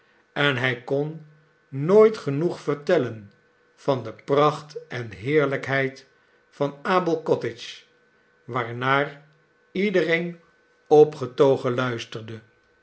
en hij kon nooit genoeg vertellen van de pracht en heerlijkheid van abel cottage waarnaar iedereen opgetogen luisterde